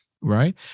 right